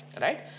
right